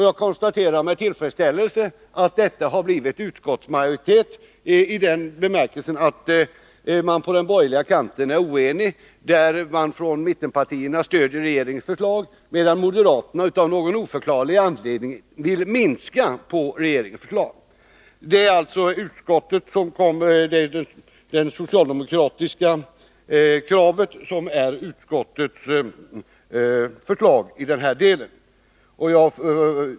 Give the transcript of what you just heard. Jag konstaterar med tillfredsställelse att detta också har blivit utskottsmajoritetens förslag i den bemärkelsen att man på den borgerliga kanten är oenig. Mittenpartierna stöder regeringens förslag, medan moderaterna av någon oförklarlig anledning vill minska anslaget. Det socialdemokratiska kravet har blivit utskottets förslag i denna del.